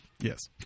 yes